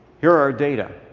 here are our data.